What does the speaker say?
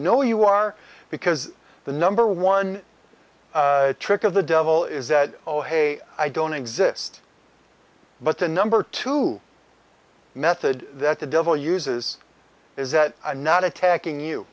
know you are because the number one trick of the devil is that oh hey i don't exist but the number two method that the devil uses is that i'm not attacking you